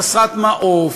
חסרת מעוף,